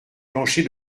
plancher